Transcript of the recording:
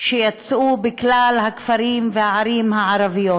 שיצאו בכלל הכפרים והערים הערביים.